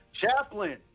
Chaplain